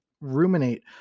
ruminate